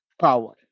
power